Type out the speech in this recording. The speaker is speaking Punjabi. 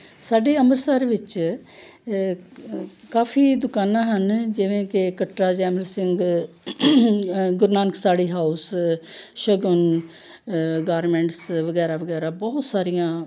ਸਾਡੇ ਅੰਮ੍ਰਿਤਸਰ ਵਿੱਚ ਕਾਫੀ ਦੁਕਾਨਾਂ ਹਨ ਜਿਵੇਂ ਕਿ ਕੱਟੜਾ ਜੈਮਲ ਸਿੰਘ ਗੁਰੂ ਨਾਨਕ ਸਾੜੀ ਹਾਊਸ ਸ਼ਗੁਨ ਗਾਰਮੈਂਟਸ ਵਗੈਰਾ ਵਗੈਰਾ ਬਹੁਤ ਸਾਰੀਆਂ